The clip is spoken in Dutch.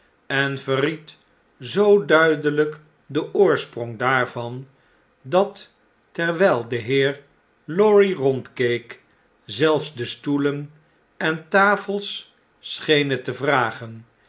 en verried zoo duidelp den oorsprong daarvan dat terwn'l de heer lorry rondkeek zelfs de stoelen en tafels schenen te vragen